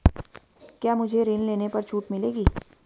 क्या मुझे ऋण लेने पर छूट मिलेगी?